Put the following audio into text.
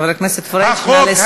חבר הכנסת פריג', נא לסיים.